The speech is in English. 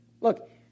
Look